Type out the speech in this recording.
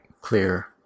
Clear